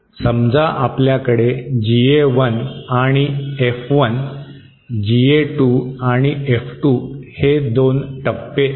समजा आपल्याकडे GA 1 आणि F 1 GA 2 आणि F 2 हे दोन टप्पे आहेत